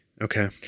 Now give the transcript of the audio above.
Okay